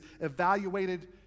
evaluated